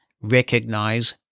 recognize